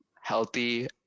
healthy